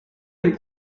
den